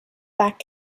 back